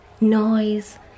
noise